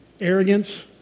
Arrogance